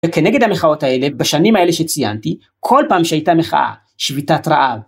וכנגד המחאות האלה בשנים האלה שציינתי כל פעם שהייתה מחאה, שביתת רעב.